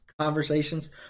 conversations